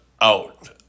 out